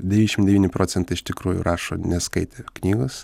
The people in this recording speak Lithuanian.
devyniasdešim devyni procentai iš tikrųjų rašo neskaitę knygos